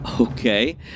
Okay